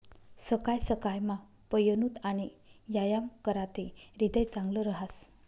सकाय सकायमा पयनूत आणि यायाम कराते ह्रीदय चांगलं रहास